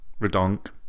redonk